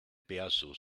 perso